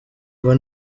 ngo